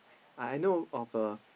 I know of a